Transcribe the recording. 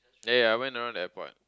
ya ya I went around the airport